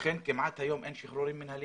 לכן היום אין כמעט שחרורים מינהליים.